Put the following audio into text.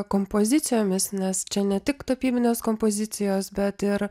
kompozicijomis nes čia ne tik tapybinės kompozicijos bet ir